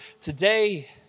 today